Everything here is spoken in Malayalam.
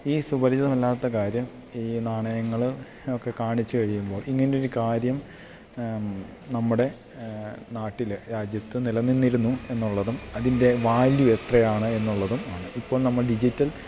ഈ സുപരിചിതമല്ലാത്ത കാര്യം ഈ നാണയങ്ങള് ഒക്കെ കാണിച്ചുകഴിയുമ്പോൾ ഇങ്ങനെയൊരു കാര്യം നമ്മുടെ നാട്ടില് രാജ്യത്ത് നിലനിന്നിരുന്നുവെന്നുള്ളതും അതിൻ്റെ വാല്യൂ എത്രയാണെന്നുള്ളതുമാണ് ഇപ്പോൾ നമ്മൾ ഡിജിറ്റൽ